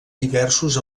diversos